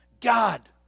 God